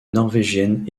norvégienne